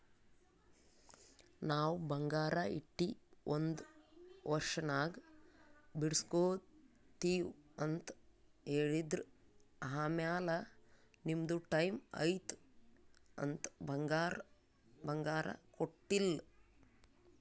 ನಾವ್ ಬಂಗಾರ ಇಟ್ಟಿ ಒಂದ್ ವರ್ಷನಾಗ್ ಬಿಡುಸ್ಗೊತ್ತಿವ್ ಅಂತ್ ಹೇಳಿದ್ರ್ ಆಮ್ಯಾಲ ನಿಮ್ದು ಟೈಮ್ ಐಯ್ತ್ ಅಂತ್ ಬಂಗಾರ ಕೊಟ್ಟೀಲ್ಲ್